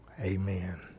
Amen